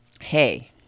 hey